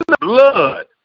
blood